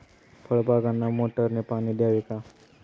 फळबागांना मोटारने पाणी द्यावे का?